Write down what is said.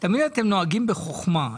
תמיד אתם נוהגים בחכמה.